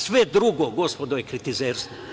Sve drugo, gospodo, je kritizerstvo.